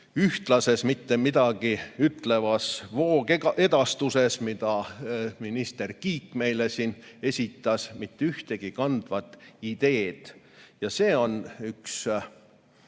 ühtlases mittemidagiütlevas voogedastuses, mida minister Kiik meile siin esitas. Mitte ühtegi kandvat ideed. See on üks